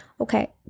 Okay